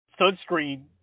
sunscreen